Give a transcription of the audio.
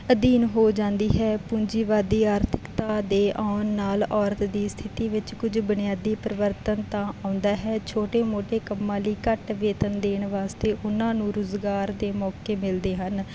ਅਧੀਨ ਹੋ ਜਾਂਦੀ ਹੈ ਪੂੰਜੀਵਾਦੀ ਆਰਥਿਕਤਾ ਦੇ ਆਉਣ ਨਾਲ ਔਰਤ ਦੀ ਸਥਿਤੀ ਵਿੱਚ ਕੁਝ ਬੁਨਿਆਦੀ ਪਰਿਵਰਤਨ ਤਾਂ ਆਉਂਦਾ ਹੈ ਛੋਟੇ ਮੋਟੇ ਕੰਮਾਂ ਲਈ ਘੱਟ ਵੇਤਨ ਦੇਣ ਵਾਸਤੇ ਉਹਨਾਂ ਨੂੰ ਰੁਜ਼ਗਾਰ ਦੇ ਮੌਕੇ ਮਿਲਦੇ ਹਨ